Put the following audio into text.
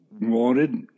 wanted